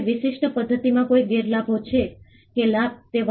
તે એક પ્રકારનો સેલ્ફી લેવા જેવુ છે